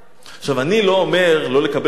אני לא אומר לא לקבל פליטים,